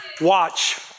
Watch